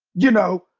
you know,